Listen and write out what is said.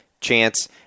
chance